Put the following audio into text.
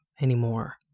anymore